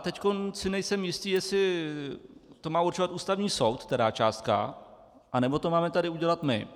Teď si nejsem jistý, jestli to má určovat Ústavní soud, která částka, anebo to máme tady udělat my,